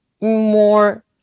more